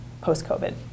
post-COVID